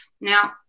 Now